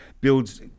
builds